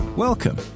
Welcome